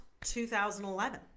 2011